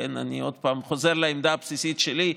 אני עוד פעם חוזר לעמדה הבסיסית שלי,